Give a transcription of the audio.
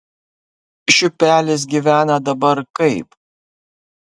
šiupelis gyvena dabar kaip